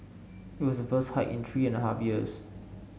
it was the first hike in three and a half years